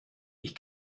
ich